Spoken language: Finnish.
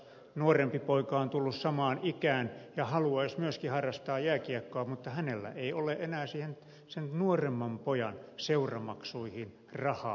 nuorempi poika on tullut samaan ikään ja haluaisi myöskin harrastaa jääkiekkoa mutta äidillä ei ole enää sen nuoremman pojan seuramaksuihin rahaa